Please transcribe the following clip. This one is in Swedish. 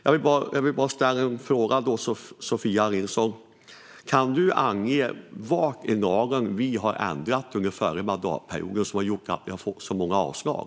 Jag vill bara ställa frågan till Sofia Nilsson: Kan du ange vad i lagen vi har ändrat under förra perioden som har gjort att det har blivit så många avslag?